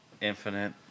Infinite